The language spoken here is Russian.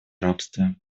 рабстве